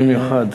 במיוחד.